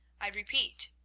i repeat,